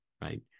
right